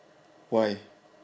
why